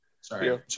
sorry